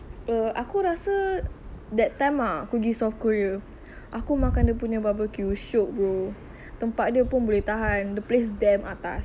that time ah aku pergi south korea aku makan dia punya barbeque shiok tempat dia pun boleh tahan the place damn atas